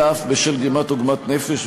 אלא אף בשל גרימת עוגמת נפש,